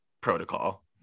protocol